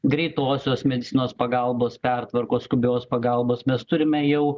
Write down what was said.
greitosios medicinos pagalbos pertvarkos skubios pagalbos mes turime jau